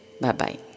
Bye-bye